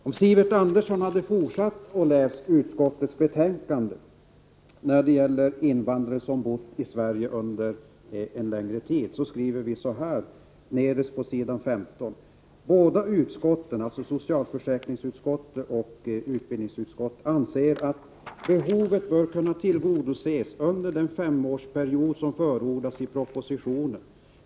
Om Sivert Andersson hade fortsatt att läsa vad utskottet skriver i betänkandet om invandrare som bott i Sverige under en längre tid, så hade han nederst på s. 15 funnit följande: ”Båda utskotten” — dvs. socialförsäkringsutskottet och utbildningsutskottet — ”anser att behovet bör kunna tillgodoses under den femårsperiod som förordas i propositionen.